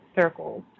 circles